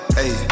hey